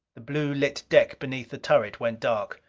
the blue lit deck beneath the turret went dark.